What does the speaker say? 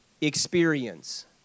experience